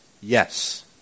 yes